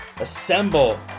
assemble